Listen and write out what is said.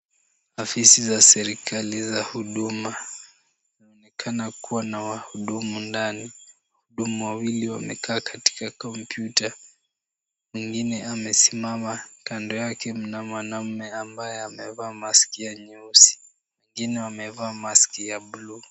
Afisi za serikali za huduma zinaonekana kuwa na wahudumu ndani. Wahudumu wawili wamekaa katika kompyuta, mwingine amesimama .Kando yake mna mwanaume ambaye amevaa maski ya nyeusi, wengine wamevaa maski ya buluu.